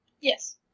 Yes